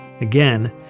Again